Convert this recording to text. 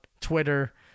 Twitter